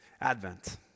Advent